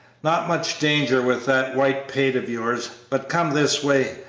not much danger with that white pate of yours but come this way,